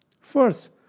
first